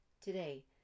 today